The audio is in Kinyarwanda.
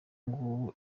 ngubu